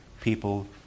people